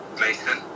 Mason